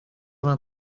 vingt